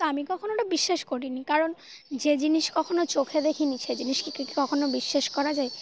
তো আমি কখনও ওটা বিশ্বাস করিনি কারণ যে জিনিস কখনও চোখে দেখিনি সেই জিনিস ক কী ক কখনও বিশ্বাস করা যায়